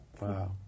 Wow